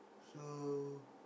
so